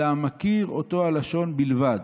אלא המכיר אותה לשון בלבד: